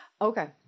Okay